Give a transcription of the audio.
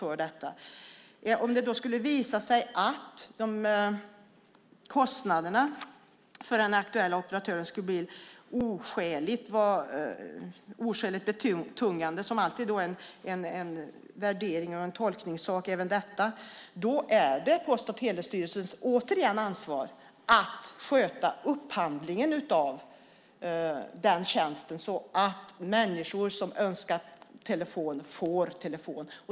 Om det då skulle visa sig att kostnaderna för den aktuella operatören skulle bli oskäligt betungande - vilket som alltid är en värderings och tolkningsfråga - är det återigen Post och telestyrelsens ansvar att sköta upphandlingen av tjänsten så att människor som önskar telefon får det.